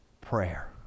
prayer